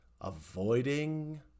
avoiding